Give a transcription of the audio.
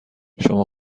شما